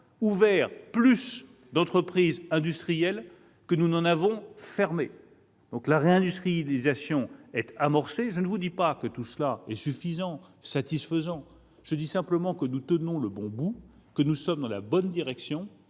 ouvert plus d'entreprises industrielles que nous n'en avons fermé. La réindustrialisation est donc amorcée. Je ne vous dis pas que tout cela est suffisant ou satisfaisant ; je vous dis simplement que nous tenons le bon bout, que nous sommes dans la bonne direction